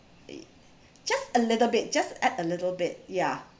just a little bit just add a little bit ya